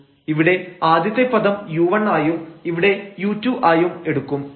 ഇവിടെ ആദ്യത്തെ പദം u1 ആയും ഇവിടെ u2 ആയും എടുക്കും